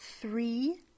three